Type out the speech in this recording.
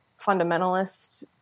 fundamentalist